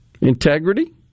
Integrity